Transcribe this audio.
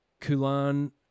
Kulan